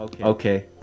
Okay